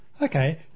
Okay